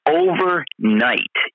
overnight